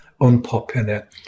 unpopular